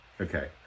Okay